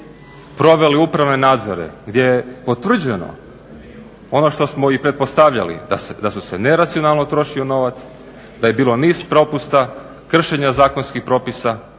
proveli upravne nadzore gdje je potvrđeno ono što smo i pretpostavljali da se neracionalno trošio novac, da je bio niz propusta, kršenja zakonskih propisa